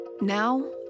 Now